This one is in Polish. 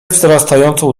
wzrastającą